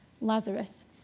Lazarus